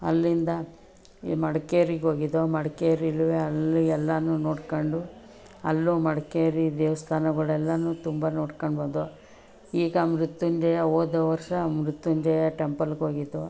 ಅಲ್ಲಿಂದ ಈ ಮಡ್ಕೇರಿಗೆ ಹೋಗಿದ್ದೋ ಮಡಿಕೇರಿಯಲ್ಲೂ ಅಲ್ಲೂ ಎಲ್ಲನೂ ನೋಡ್ಕೊಂಡು ಅಲ್ಲೂ ಮಡಿಕೇರಿ ದೇವಸ್ಥಾನಗಳೆಲ್ಲವೂ ತುಂಬಾ ನೋಡ್ಕಂಡ್ಬಂದೋ ಈಗ ಮೃತ್ಯುಂಜಯ ಹೋದ ವರ್ಷ ಮೃತ್ಯುಂಜಯ ಟೆಂಪಲ್ಗೆ ಹೋಗಿದ್ದೋ